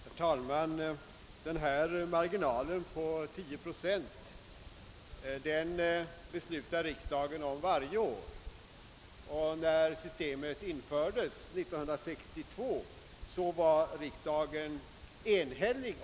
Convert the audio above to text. Herr talman! Den 10-procentiga marginal det här gäller beslutar riksdagen om varje år, och när systemet infördes 1962 var riksdagens beslut enhälligt.